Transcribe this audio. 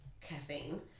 caffeine